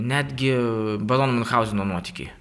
netgi barono miunhauzeno nuotykiai